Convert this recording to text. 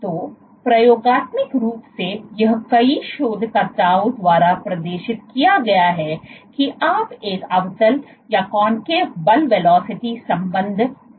तो प्रयोगात्मक रूप से यह कई शोधकर्ताओं द्वारा प्रदर्शित किया गया है कि आप एक अवतल बल वेलोसिटी संबंध हो सकता है